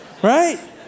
right